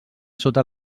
sota